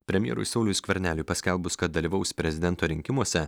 premjerui sauliui skverneliui paskelbus kad dalyvaus prezidento rinkimuose